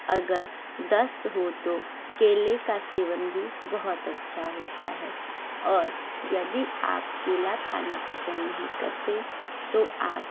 अगर दस्त हो तो केले का सेवन भी बहुत अच्छा होता है और यदि आप केला खाना पसंद नहीं करते तो आप